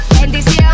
Bendición